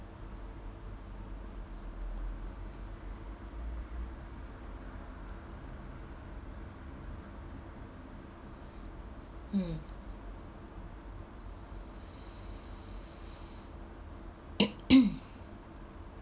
mm